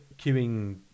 queuing